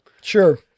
Sure